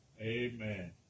Amen